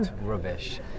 rubbish